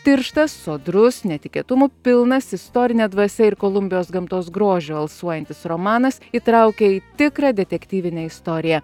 tirštas sodrus netikėtumų pilnas istorine dvasia ir kolumbijos gamtos grožiu alsuojantis romanas įtraukia į tikrą detektyvinę istoriją